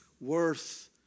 worth